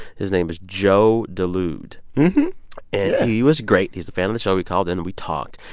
his name is joe dulude yeah he was great. he's a fan of the show. we called in, and we talked.